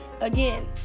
Again